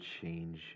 change